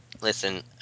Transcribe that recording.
listen